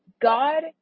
God